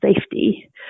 safety